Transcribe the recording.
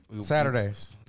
Saturdays